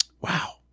wow